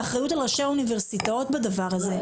ואחריות על ראשי האוניברסיטאות בדבר הזה.